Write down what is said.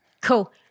Cool